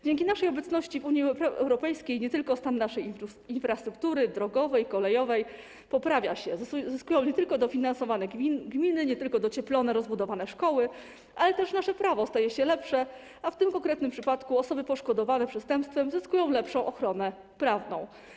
Dzięki naszej obecności w Unii Europejskiej poprawia się nie tylko stan naszej infrastruktury drogowej, kolejowej, zyskują nie tylko dofinansowane gminy, nie tylko docieplone, rozbudowane szkoły, ale też nasze prawo staje się lepsze, a w tym konkretnym przypadku - osoby poszkodowane przestępstwem zyskują lepszą ochronę prawną.